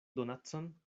donacon